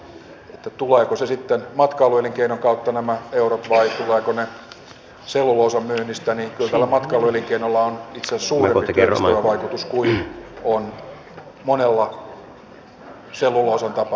on ihan sama tulevatko nämä eurot sitten matkailuelinkeinon kautta vai tulevatko ne selluloosan myynnistä mutta kyllä tällä matkailu elinkeinolla on itse asiassa suurempi työllistävä vaikutus kuin on monella selluloosan tapaisella tuotteella